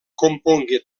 compongué